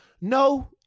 No